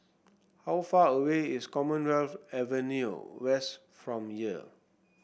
how far away is Commonwealth Avenue West from here